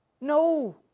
No